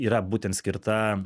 yra būtent skirta